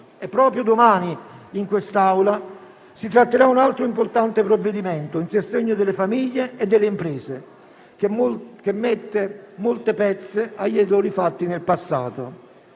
Proprio domani in quest'Aula si tratterà un altro importante provvedimento a sostegno delle famiglie e delle imprese, che mette molte pezze agli errori fatti nel passato.